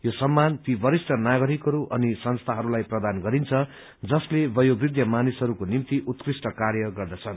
यो सम्मान ती वरिष्ठ नागरिकहरू अनि संस्थाहरूलाई प्रदान गरिन्छ जसले वयोवृद्ध मानिसहरूको निम्ति उत्कृष्ट कार्य गर्दछन्